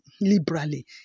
liberally